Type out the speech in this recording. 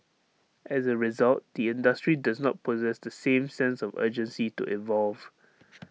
as A result the industry does not possess the same sense of urgency to evolve